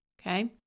Okay